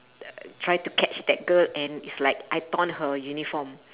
try to catch that girl and is like I torn her uniform